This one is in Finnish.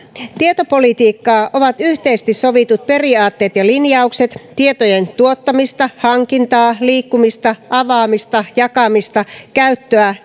tietopolitiikkaa ovat yhteisesti sovitut periaatteet ja linjaukset tietojen tuottamista hankintaa liikkumista avaamista jakamista käyttöä